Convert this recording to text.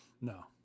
no